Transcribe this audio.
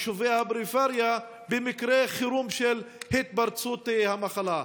יישובי הפריפריה במקרה חירום של התפרצות המחלה.